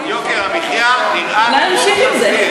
יוקר המחיה נראה כמו חזיר.